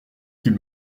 qu’il